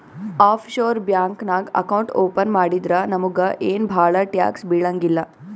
of sure bank ನಾಗ್ account open ಮಾಡಿದ್ರ ನಮುಗ ಏನ್ ಭಾಳ ಟ್ಯಾಕ್ಸ್ ಬೀಳಂಗಿಲ್ಲ